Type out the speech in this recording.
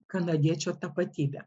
kanadiečio tapatybe